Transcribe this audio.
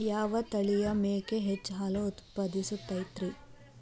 ಯಾವ ತಳಿಯ ಮೇಕೆ ಹೆಚ್ಚು ಹಾಲು ಉತ್ಪಾದಿಸತೈತ್ರಿ?